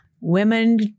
women